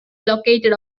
located